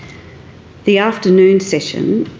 the afternoon session,